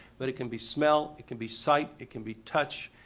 but it can be smell, it can be site, it can be touch,